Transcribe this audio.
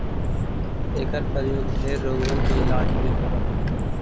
एकर प्रयोग ढेर रोगबन के इलाज में होब हई